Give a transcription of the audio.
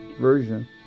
version